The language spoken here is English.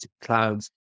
clouds